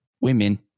women